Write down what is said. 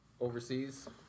overseas